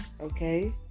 okay